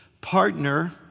partner